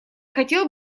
хотел